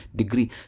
degree